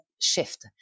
shift